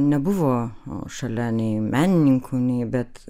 nebuvo šalia nei menininkų nei bet